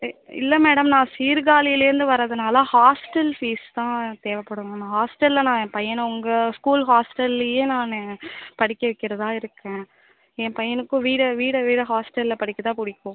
இல்லை மேடம் நான் சீர்காழிலர்ந்து வரதுனால் ஹாஸ்ட்டல் ஃபீஸ் தான் தேவைப்படுங்க நான் ஹாஸ்ட்டலில் நான் ஏ பையனை உங்கள் ஸ்கூல் ஹாஸ்ட்டல்லையே நான் படிக்க வைக்கிறதாக இருக்கேன் என் பையனுக்கும் வீடை வீடை விட ஹாஸ்ட்டலில் படிக்க தான் பிடிக்கும்